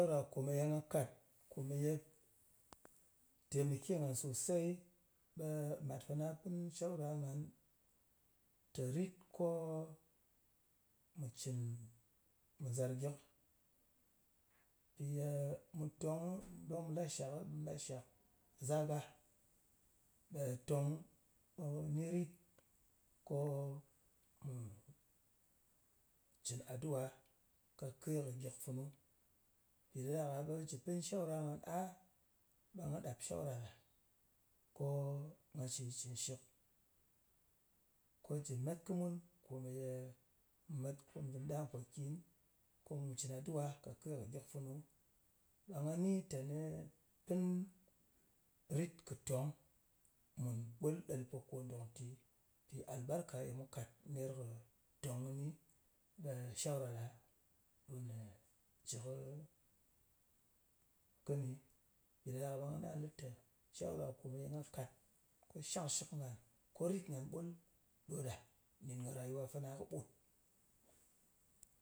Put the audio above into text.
Shawra meye nga kàt, komeye temake ngan sosei, ɓe mat fana pɨn shawra ngan tè rit ko nga cɨn, mu zàr gyɨk. Ye mu tong, ko mu lashak, mu lashak zaga. Ɓè tong ni ko mù cɨn aduwa kake kɨ gyìk funu. Mpì ɗa ɗak-a ɓe jɨ pɨn shawra ngan a, ɓe nga ɗap shawra ɗa nga cɨn shitcɨn shɨk. Ko jɨ met kɨ mun komeye mu met kùm ɗù ɗar mpòkin. Ko mu cɨn aduwa kake kɨ gyik funu. Ɗa nga ni teni pɨn rit kɨ tòng mùn ɓul ɗel kò dòk ntì. Mpì albarka ye mu kàt ner kɨ tòng kɨni, ɓe shawra ɗa jɨ kɨ mpì ɗa ɗak-a ɓe ngana lɨ te shawra kò ye mu kat, ko shangshɨk ngan, ko rit ngan ɓul ɗo ɗa nɗin kɨ rayuwa fana kɨɓut.